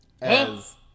As-